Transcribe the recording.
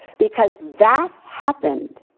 because that happened,